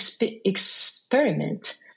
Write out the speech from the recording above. experiment